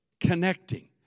connecting